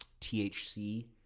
THC